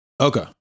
Okay